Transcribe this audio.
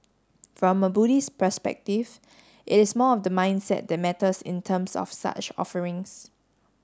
from a Buddhist perspective it is more of the mindset that matters in terms of such offerings